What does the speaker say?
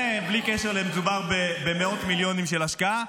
ובלי קשר, מדובר במאות מיליונים של השקעה.